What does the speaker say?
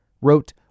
wrote